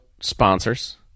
sponsors